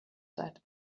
said